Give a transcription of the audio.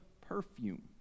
perfume